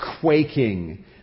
quaking